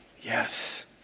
Yes